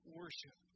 worship